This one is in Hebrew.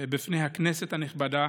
בפני הכנסת הנכבדה,